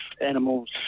animals